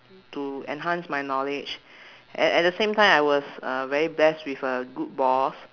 to enhance my knowledge at at the same time I was uh very blessed with a good boss